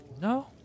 No